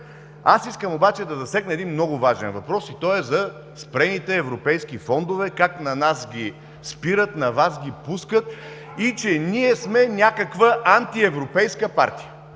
Аз искам обаче да засегна един много важен въпрос и той е за спрените европейски фондове и как на нас ги спират, на вас ги пускат и че ние сме някаква антиевропейска партия.